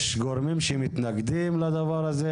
יש גורמים שמתנגדים לדבר הזה?